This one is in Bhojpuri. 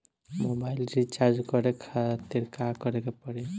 मोबाइल रीचार्ज करे खातिर का करे के पड़ी?